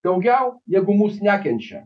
daugiau negu mus nekenčia